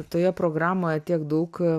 toje programoje tiek daug